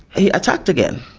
he attacked again.